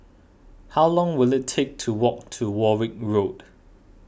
how long will it take to walk to Warwick Road